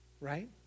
right